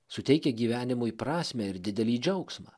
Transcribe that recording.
suteikia gyvenimui prasmę ir didelį džiaugsmą